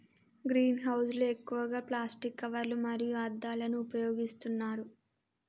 green house లు ఎక్కువగా plastic కవర్లు మరియు అద్దాలను ఉపయోగిస్తున్నారు